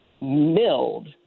milled